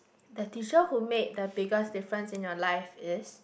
the teacher who made the biggest difference in your life is